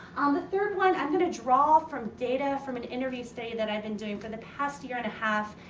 um the third one, i'm going to draw from data from an interview study that i've been doing for the past year and a half.